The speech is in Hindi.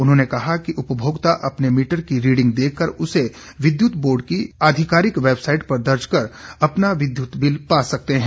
उन्होंने कहा कि उपभोक्ता अपने मीटर की रीडिंग देखकर उसे विद्युत बोर्ड की आधिकारिक वैबसाइट पर दर्ज कर अपना विद्युत बिल पा सकते हैं